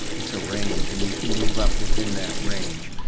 it's a range, and you can move up within that range.